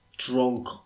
Drunk